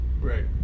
Right